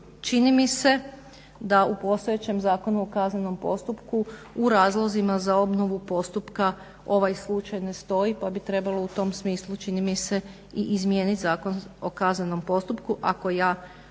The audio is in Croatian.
Čini mi se da u postojećem Zakonu o kaznenom postupku u razlozima za obnovu postupka ovaj slučaj ne stoji, pa bi trebalo u tom smislu čini mi se i izmijeniti Zakon o kaznenom postupku ako ja